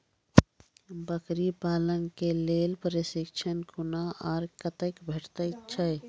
बकरी पालन के लेल प्रशिक्षण कूना आर कते भेटैत छै?